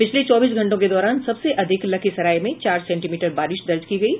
पिछले चौबीस घंटों के दौरान सबसे अधिक लखीसराय में चार सेंटीमीटर बारिश दर्ज की गयी